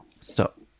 Stop